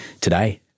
today